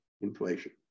inflation